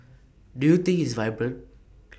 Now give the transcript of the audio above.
do you think it's vibrant